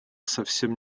совсем